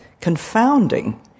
confounding